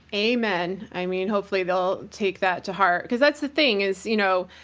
amen. i mean, hopefully they'll take that to heart, because that's the thing, is, you know,